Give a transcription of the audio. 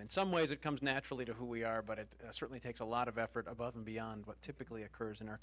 in some ways it comes naturally to who we are but it certainly takes a lot of effort above and beyond what typically occurs in our